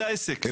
זה העסק.